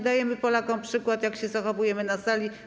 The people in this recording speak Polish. Dajemy Polakom przykład, jak się zachowujemy na sali.